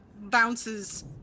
bounces